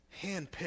Handpicked